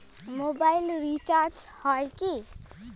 Mobile recharge হয় কি?